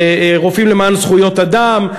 ל"רופאים למען זכויות אדם",